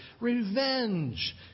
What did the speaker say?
Revenge